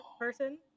person